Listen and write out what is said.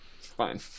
fine